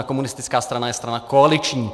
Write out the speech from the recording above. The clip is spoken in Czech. Komunistická strana je strana koaliční.